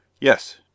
Yes